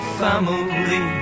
family